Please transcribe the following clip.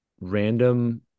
random